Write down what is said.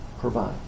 provide